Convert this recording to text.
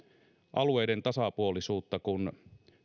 alueiden tasapuolisuutta kun